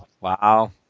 Wow